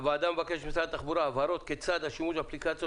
הוועדה מבקשת ממשרד התחבורה הבהרות כיצד השימוש באפליקציות